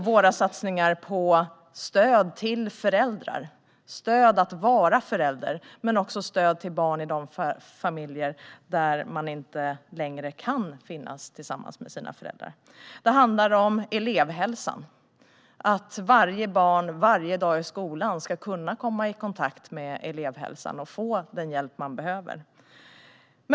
Våra satsningar handlar om stöd till föräldrar - stöd att vara förälder - men också om stöd till barn i de familjer där man inte längre kan leva tillsammans med sina föräldrar. Det handlar om elevhälsan och att varje barn varje dag i skolan ska kunna komma i kontakt med elevhälsan och få den hjälp man behöver.